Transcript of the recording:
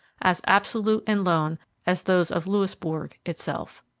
as absolute and lone as those of louisbourg itself.